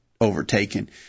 overtaken